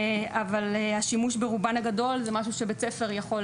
אבל השימוש ברובן הגדול זה משהו שבית ספר יכול